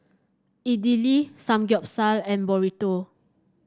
Idili Samgeyopsal and Burrito